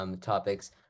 topics